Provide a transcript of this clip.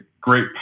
great